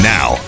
Now